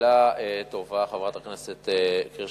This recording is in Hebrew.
שאלה טובה, חברת הכנסת קירשנבאום.